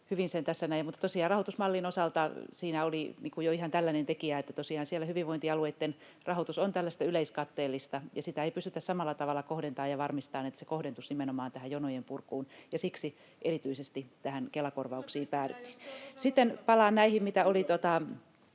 rahoitusmallin osalta siinä oli jo ihan tällainen tekijä, että tosiaan hyvinvointialueitten rahoitus on tällaista yleiskatteellista, ja sitä ei pystytä samalla tavalla kohdentamaan ja varmistamaan, että se kohdentuisi nimenomaan tähän jonojen purkuun, ja siksi erityisesti Kela-korvauksiin päädyttiin. [Krista Kiurun välihuuto]